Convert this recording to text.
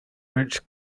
which